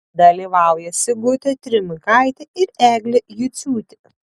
dalyvauja sigutė trimakaitė ir eglė juciūtė